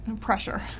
Pressure